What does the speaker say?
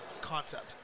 concept